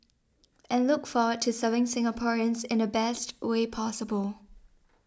and look forward to serving Singaporeans in the best way possible